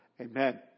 Amen